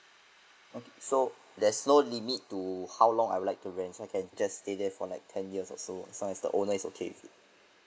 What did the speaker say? okay so there's no limit to how long I would like to rent so I can just stay there for like ten years or so as long as the owner is okay